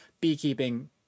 beekeeping